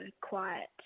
quiet